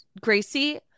gracie